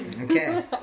Okay